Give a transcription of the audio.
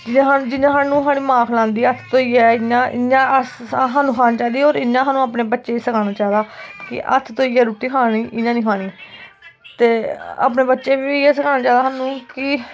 जियां सानू साढ़ी मां खलांदी ऐ धोइयै इ'यां सानू खानी चाहिदी ऐ होर इ'यां सानू बच्चें गी खलानी चाहिदी ऐ कि हत्थ धोइयै रुट्टी खानी इयां नी खानी ते अपने बच्चें गी बी इ'यै सखाना चाहिदा सानू कि